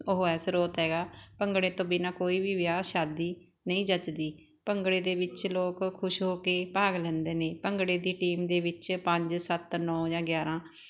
ਉਹ ਹੈ ਸਰੋਤ ਹੈਗਾ ਭੰਗੜੇ ਤੋਂ ਬਿਨਾ ਕੋਈ ਵੀ ਵਿਆਹ ਸ਼ਾਦੀ ਨਹੀਂ ਜੱਚਦੀ ਭੰਗੜੇ ਦੇ ਵਿੱਚ ਲੋਕ ਖੁਸ਼ ਹੋ ਕੇ ਭਾਗ ਲੈਂਦੇ ਨੇ ਭੰਗੜੇ ਦੀ ਟੀਮ ਦੇ ਵਿੱਚ ਪੰਜ ਸੱਤ ਨੌ ਜਾਂ ਗਿਆਰ੍ਹਾਂ